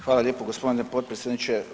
Hvala lijepo gospodine potpredsjedniče.